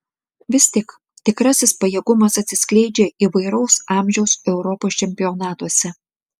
vis tik tikrasis pajėgumas atsiskleidžia įvairaus amžiaus europos čempionatuose